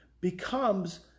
becomes